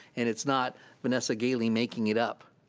and it's not vanessa gaileigh making it up.